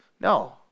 no